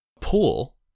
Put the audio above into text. pool